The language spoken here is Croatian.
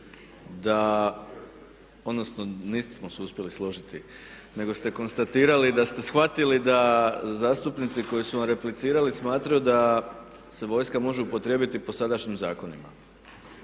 da, odnosno nismo se uspjeli složiti, nego ste konstatirali da ste shvatili da zastupnici koji su vam replicirali smatraju da se vojska može upotrijebiti po sadašnjim zakonima.